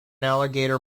alligator